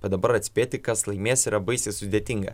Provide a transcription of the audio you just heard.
bet dabar atspėti kas laimės yra baisiai sudėtinga